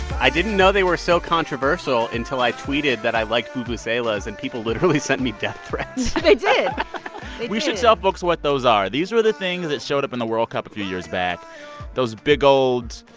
i didn't know they were so controversial until i tweeted that i liked vuvuzelas, and people literally sent me death threats they did? they did we should tell folks what those are. these were the things that showed up in the world cup a few years back those big, old.